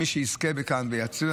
מי שיזכה בכך ויציל,